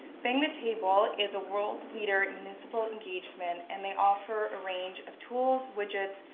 bang the table is a world leader in municipal engagement and they offer a range of tools, widgets,